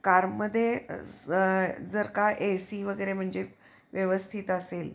कारमध्ये असं जर का ए सी वगैरे म्हणजे व्यवस्थित असेल